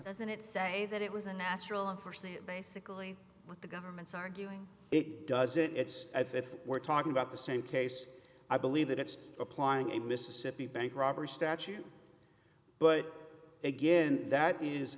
doesn't it say that it was a natural of course it basically what the government's arguing it does it it's as if we're talking about the same case i believe that it's applying a mississippi bank robbery statute but again that is